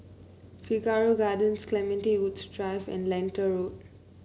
Figaro Gardens Clementi Woods Drive and Lentor Road